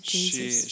Jesus